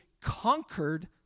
conquered